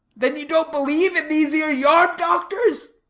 then you don't believe in these ere yarb-doctors?